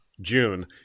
June